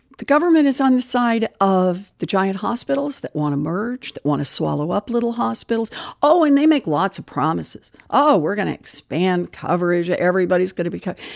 the government is on the side of the giant hospitals that want to merge, that want to swallow up little hospitals oh, and they make lots of promises. oh, we're going to expand coverage. everybody's going to be covered.